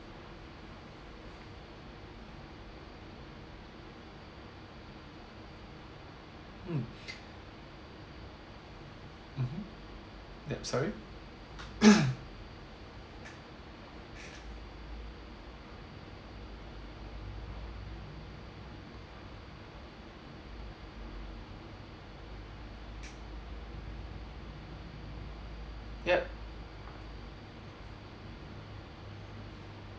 mm mmhmm yup sorry yup